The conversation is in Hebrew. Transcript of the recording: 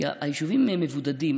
כי היישובים מבודדים.